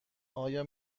آیا